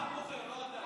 העם בוחר, לא אתה.